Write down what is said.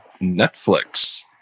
Netflix